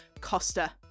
Costa